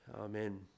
amen